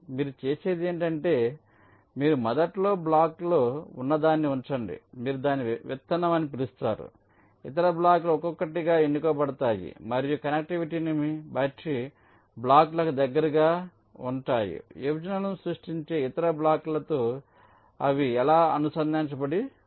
మీరు చేసేది ఏమిటంటే మీరు మొదట్లో బ్లాక్లో ఒకదాన్ని ఉంచండి మీరు దానిని విత్తనం అని పిలుస్తారు ఇతర బ్లాక్లు ఒక్కొక్కటిగా ఎన్నుకోబడతాయి మరియు కనెక్టివిటీని బట్టి బ్లాక్లకు దగ్గరగా ఉంటాయి విభజనలను సృష్టించే ఇతర బ్లాకులతో అవి ఎలా అనుసంధానించబడి ఉంటాయి